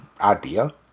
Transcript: idea